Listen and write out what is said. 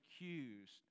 accused